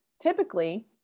Typically